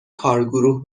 کارگروه